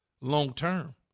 long-term